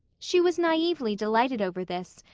she was naively delighted over this,